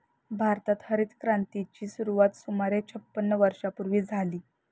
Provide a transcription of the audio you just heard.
भारतात हरितक्रांतीची सुरुवात सुमारे छपन्न वर्षांपूर्वी झाली